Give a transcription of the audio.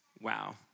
Wow